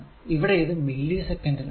ഇവിടെ ഇത് millisecond ൽ ആണ്